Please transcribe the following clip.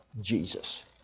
Jesus